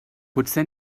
potser